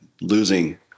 losing